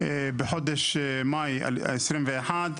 בחודש מאי 2021,